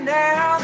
now